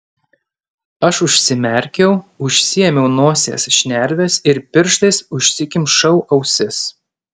aš užsimerkiau užsiėmiau nosies šnerves ir pirštais užsikimšau ausis